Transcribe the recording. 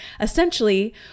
Essentially